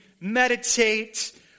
meditate